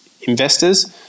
investors